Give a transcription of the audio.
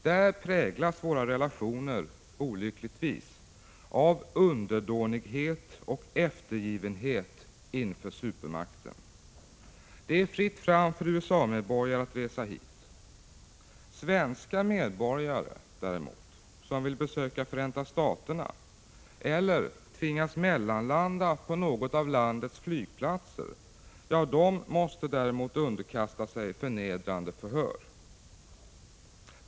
Där präglas våra relationer olyckligtvis av underdånighet och eftergivenhet inför supermakten. Det är fritt fram för USA-medborgare att resa hit. Svenska medborgare som vill besöka Förenta Staterna eller tvingas mellanlanda på någon av landets flygplatser måste däremot underkasta sig förnedrande förhör.